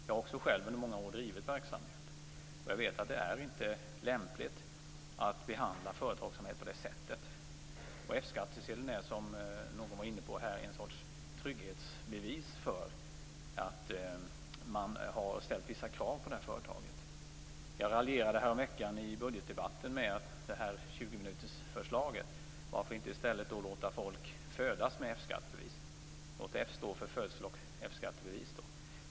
Jag har också själv under många år drivit verksamhet och vet att det inte är lämpligt att behandla företagsamhet på nämnda sätt. F-skattsedeln är, som någon här var inne på, en sorts trygghetsbevis för att det ställts vissa krav på företaget. I budgetdebatten häromveckan raljerade jag om 20-minutersförslaget. Varför inte i stället låta folk födas med F-skattebevis? F:et får stå för födsel.